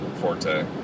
Forte